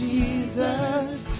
Jesus